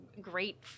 great